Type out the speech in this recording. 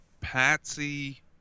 Patsy